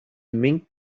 mink